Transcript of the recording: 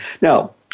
Now